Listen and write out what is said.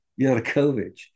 Yanukovych